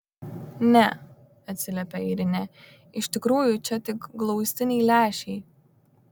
ne atsiliepia airinė iš tikrųjų čia tik glaustiniai lęšiai